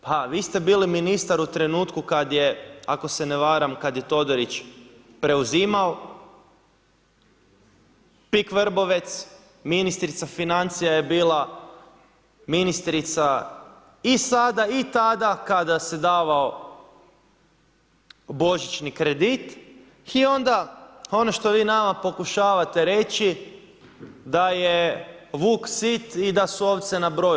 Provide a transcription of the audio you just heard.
Pa vi ste bili ministar u trenutku kada je ako se ne varam kada je Todorić preuzimao PIK Vrbovec, ministrica financija je bila ministrica i sada i tada kada se davao božićni kredit i onda ono što vi nama pokušavate reći da je vuk sit i da su ovce na broju.